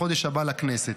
בחודש הבא לכנסת.